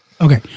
Okay